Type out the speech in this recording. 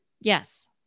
Yes